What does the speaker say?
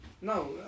No